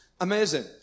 amazing